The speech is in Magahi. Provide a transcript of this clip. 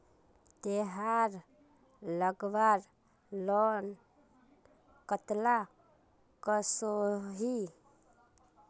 तेहार लगवार लोन कतला कसोही?